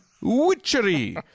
witchery